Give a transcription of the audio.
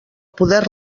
poder